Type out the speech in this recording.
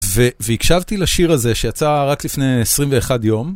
והקשבתי לשיר הזה שיצא רק לפני 21 יום.